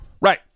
right